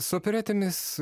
su operetėmis